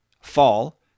Fall